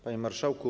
Panie Marszałku!